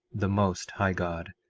the most high god.